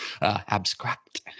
abstract